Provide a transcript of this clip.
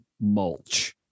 mulch